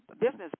business